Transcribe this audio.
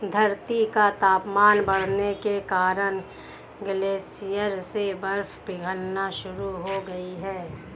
धरती का तापमान बढ़ने के कारण ग्लेशियर से बर्फ पिघलना शुरू हो गयी है